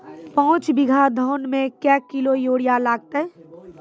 पाँच बीघा धान मे क्या किलो यूरिया लागते?